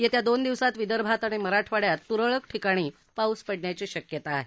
येत्या दोन दिवसात विदर्भात आणि मराठवाड्यात तुरळक ठिकाणी पाऊस पडण्याची शक्यता आहे